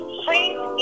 please